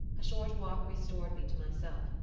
a short walk restored me to myself,